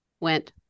went